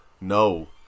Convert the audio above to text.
no